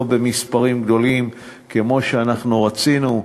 לא במספרים גדולים כמו שאנחנו רצינו,